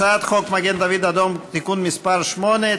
הצעת חוק מגן דוד אדום (תיקון מס' 8),